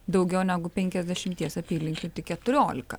daugiau negu penkiasdešimties apylinkių tik keturiolika